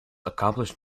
accomplished